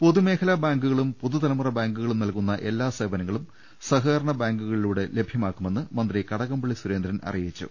പൊതുമേഖലാ ബാങ്കുകളും പുതുതലമുറ ബാങ്കുകളും നൽകുന്ന എല്ലാ സേവനങ്ങളും സഹകരണ ബാങ്കുകളിലൂടെ ലഭ്യ മാക്കുമെന്ന് മന്ത്രി കടകംപള്ളി സുരേന്ദ്രൻ അറിയിച്ചു